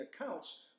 accounts